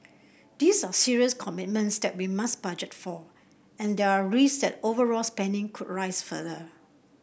these are serious commitments that we must budget for and there are risks that overall spending could rise further